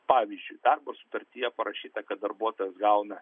pavyzdžiui darbo sutartyje parašyta kad darbuotojas gauna